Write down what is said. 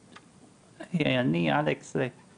אני ואלכס אלה